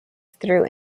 through